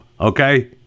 okay